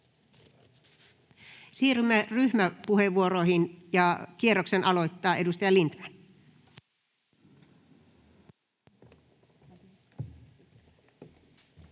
Siirrymme ryhmäpuheenvuoroihin, ja kierroksen aloittaa edustaja Lindtman. [Speech